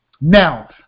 Now